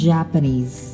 Japanese